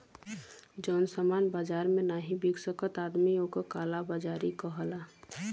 जौन सामान बाजार मे नाही बिक सकत आदमी ओक काला बाजारी कहला